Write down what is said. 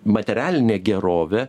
materialinę gerovę